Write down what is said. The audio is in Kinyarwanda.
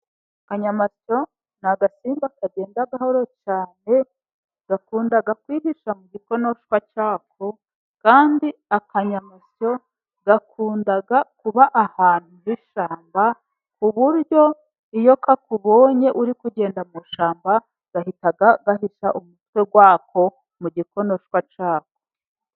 Akanyamasyo ni agasimba kagenda gahoro cyane, gakunda kwihisha mu gikonoshwa cyako kandi akanyamasyo gakunda kuba ahantu h'ishyamba ku buryo iyo kakubonye uri kugenda mu ishyamba gahita gahisha umutwe wako mu gikonoshwa cyako.